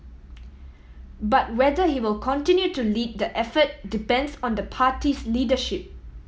but whether he will continue to lead the effort depends on the party's leadership